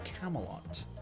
Camelot